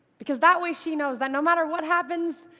because that way she knows that no matter what happens,